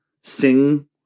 sing